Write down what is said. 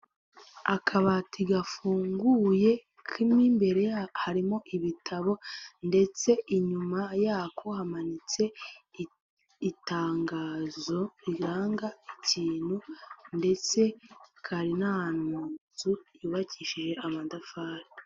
Akabati gafunguye, ko mo imbere harimo ibitabo ndetse inyuma yako hamanitse itangazo riranga ikintu ndetse kari n'ahantu mu nzu, yubakishije amadafari.